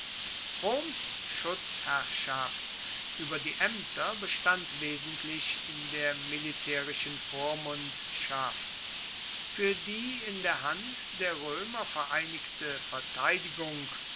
roms schutzherrschaft über die ämter bestand wesentlich in der militärischen vormundschaft für die in der hand der römer vereinigte verteidigung